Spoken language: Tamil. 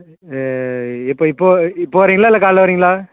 எப்போ இப்போ இப்போ வரிங்களா இல்லை காலைல வரிங்களா